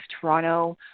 Toronto